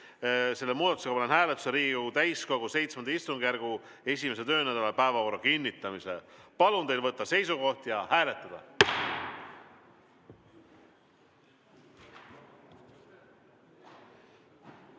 Selle muudatusega panen hääletusele Riigikogu täiskogu VII istungjärgu 1. töönädala päevakorra kinnitamise. Palun teil võtta seisukoht ja hääletada!